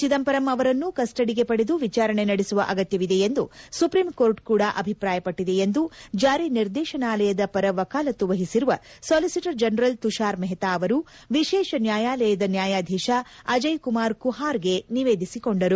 ಚಿದಂಬರಂ ಅವರನ್ನು ಕಸ್ಸಡಿಗೆ ಪಡೆದು ವಿಚಾರಣೆ ನಡೆಸುವ ಅಗತ್ವವಿದೆ ಎಂದು ಸುಪ್ರೀಂಕೋರ್ಟ್ ಕೂಡ ಅಭಿಪ್ರಾಯಪಟ್ಟಿದೆ ಎಂದು ಜಾರಿ ನಿರ್ದೇಶನಾಲಯದ ಪರ ವಕಾಲತ್ತು ವಹಿಸಿರುವ ಸಾಲಿಸಿಟರ್ ಜನರಲ್ ತುಷಾರ್ ಮೆಹ್ತಾ ಅವರು ವಿಶೇಷ ನ್ಯಾಯಾಲಯದ ನ್ಯಾಯಾಧೀಶ ಅಜಯ್ ಕುಮಾರ್ ಕುಹಾರ್ಗೆ ನಿವೇದಿಸಿಕೊಂಡರು